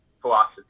philosophy